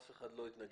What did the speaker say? אף אחד לא התנגד?